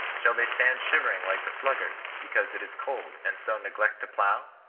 shall they stand shivering like the sluggard, because it is cold, and so neglect to plough?